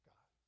God